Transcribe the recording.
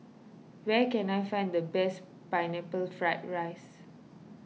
where can I find the best Pineapple Fried Rice